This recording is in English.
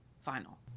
final